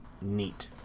neat